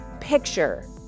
picture